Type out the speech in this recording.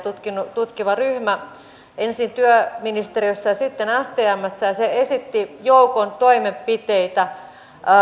tutkiva ryhmä ensin työministeriössä ja sitten stmssä ja se esitti joukon toimenpiteitä